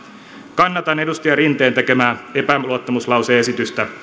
kannatan edustaja rinteen tekemää epäluottamuslause esitystä